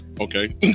okay